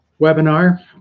webinar